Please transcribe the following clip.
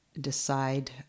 decide